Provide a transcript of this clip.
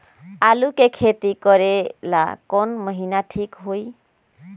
आलू के खेती करेला कौन महीना ठीक होई?